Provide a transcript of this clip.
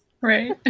Right